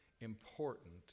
important